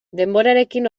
denborarekin